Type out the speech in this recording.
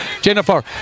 Jennifer